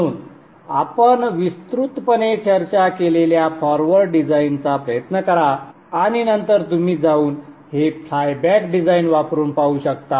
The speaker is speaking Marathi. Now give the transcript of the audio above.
म्हणून आपण विस्तृतपणे चर्चा केलेल्या फॉरवर्ड डिझाइनचा प्रयत्न करा आणि नंतर तुम्ही जाऊन हे फ्लायबॅक डिझाइन वापरून पाहू शकता